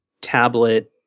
tablet